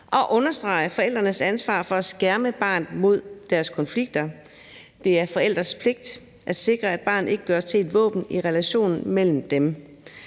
og understrege forældrenes ansvar for at skærme barnet mod deres konflikter. Det er forældres pligt at sikre, at barnet ikke gøres til et våben i relationen mellem dem.